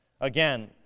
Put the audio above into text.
Again